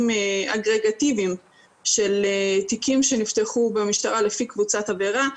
אגרגטיביים של תיקים שנפתחו במשטרה לפי קבוצת הברירה.